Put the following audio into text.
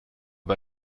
bei